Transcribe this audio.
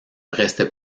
restait